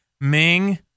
Ming